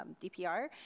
DPR